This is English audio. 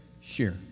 share